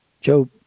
Job